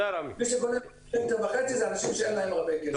מי שקונה ליטר וחצי זה אנשים שאין להם הרבה כסף.